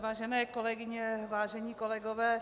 Vážené kolegyně, vážení kolegové.